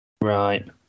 right